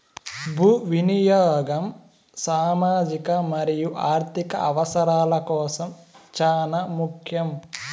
భూ వినియాగం సామాజిక మరియు ఆర్ధిక అవసరాల కోసం చానా ముఖ్యం